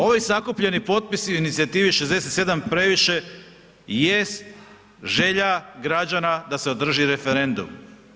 Ovi sakupljeni potpisi inicijative „67 je previše“ jest želja građana da se održi referendum.